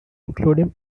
including